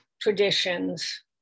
traditions